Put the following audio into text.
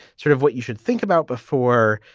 sort of what you should think about before,